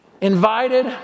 invited